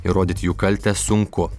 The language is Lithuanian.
įrodyt jų kaltę sunku